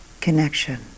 connection